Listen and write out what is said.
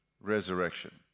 resurrection